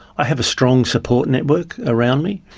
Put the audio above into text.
i have a strong support network around me,